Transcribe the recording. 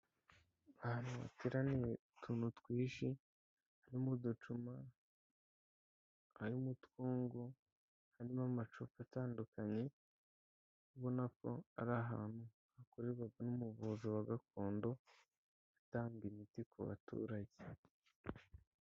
Ahantu hateraniye utuntu twinshi harimo uducuma, harimo utwungu, harimo amacupa atandukanye, ubona ko ari ahantu hakorerwa n'umuvuzi wa gakondo utanga imiti ku baturage.